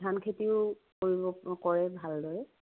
ধান খেতিও কৰিব কৰে ভালদৰে